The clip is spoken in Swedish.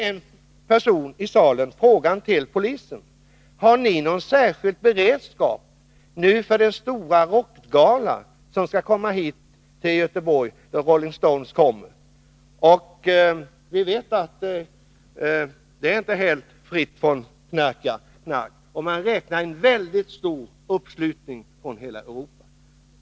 En person i salen ställde frågan till polisen: Har ni någon särskild beredskap inför den stora rockgalan med Rolling Stones. Vi vet att sådana rockgalor inte är helt fria från knark, och man räknar med en mycket stor uppslutning från hela Europa.